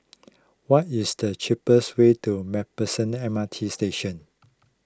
what is the cheapest way to MacPherson M R T Station